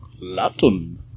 Latin